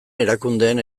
erakundeen